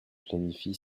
planifie